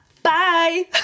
Bye